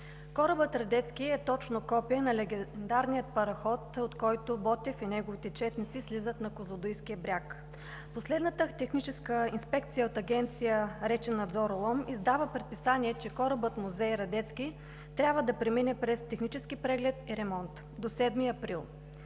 Корабът „Радецки“ е точно копие на легендарния параход, от който Ботев и неговите четници слизат на козлодуйския бряг. Последната техническа инспекция от Агенция „Речен надзор“ – Лом, издава предписание, че корабът музей „Радецки“ трябва да премине през технически преглед и ремонт до 7 април.